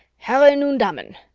herren und damen,